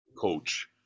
coach